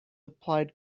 applied